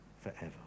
forever